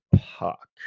puck